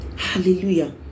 hallelujah